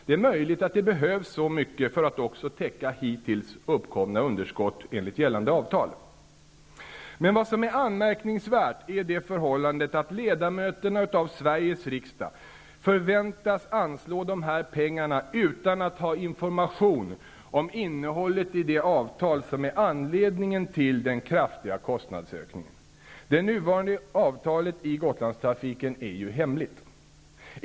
Det är möjligt att det behövs så mycket för att också täcka hittills uppkomna underskott enligt gällande avtal. Vad som är anmärkningsvärt är det förhållandet att ledamöterna av Sveriges riksdag förväntas anslå de här pengarna utan att ha information om innehållet i det avtal som är anledningen till den kraftiga kostnadsökningen. Det nuvarande avtalet i Gotlandstrafiken är ju hemligt.